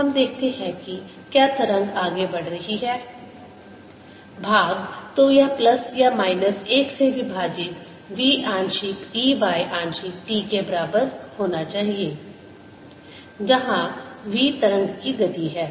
हम देखते हैं कि क्या तरंग आगे बढ़ रही है भागतो यह प्लस या माइनस 1 से विभाजित v आंशिक E y आंशिक t के बराबर होना चाहिए जहां v तरंग की गति है